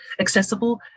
accessible